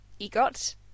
egot